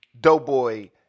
Doughboy